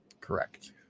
correct